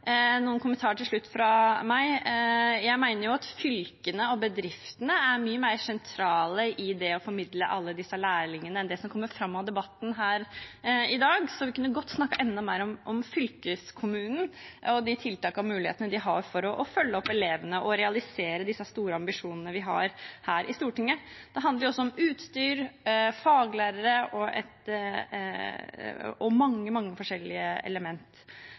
noen kommentarer til slutt fra meg. Jeg mener fylkene og bedriftene er mye mer sentrale i det å formidle alle disse lærlingene enn det som kommer fram av debatten her i dag, så vi kunne godt snakket enda mer om fylkeskommunen og de tiltak og muligheter de har for å følge opp elevene og realisere disse store ambisjonene vi har her i Stortinget. Det handler også om utstyr, faglærere og mange, mange forskjellige